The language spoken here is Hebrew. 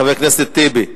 חבר הכנסת טיבי,